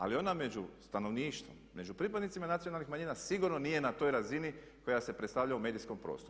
Ali ona među stanovništvom, među pripadnicima nacionalnih manjina sigurno nije na toj razini koja se predstavlja u medijskom prostoru.